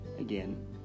again